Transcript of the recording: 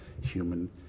human